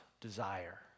desire